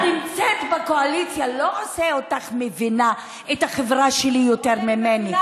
זה שאת נמצאת בקואליציה לא עושה אותך מבינה את החברה שלי יותר ממני.